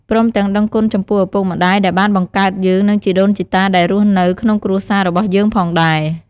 ព្រមទាំងដឹងគុណចំពោះឪពុកម្តាយដែលបានបង្កើតយើងនិងជីដូនជីតាដែលរស់នៅក្នុងគ្រួសាររបស់យើងផងដែរ។